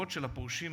לשלילי?